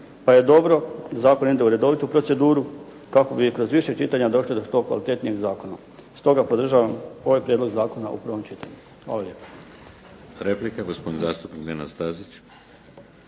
pa ja dobro da zakon ide u redovitu proceduru kako bi kroz više čitanja došli do što kvalitetnijeg zakona. Stoga podržavam ovaj prijedlog zakona u prvom čitanju. **Šeks, Vladimir (HDZ)** Replika, gospodin zastupnik Nenad Stazić.